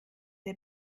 der